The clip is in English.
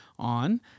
on